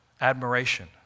Admiration